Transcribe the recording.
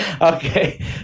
Okay